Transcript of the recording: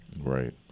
Right